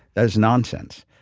that is nonsense.